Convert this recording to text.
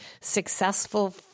successful